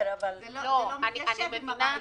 זה לא מתיישב עם הרעיון.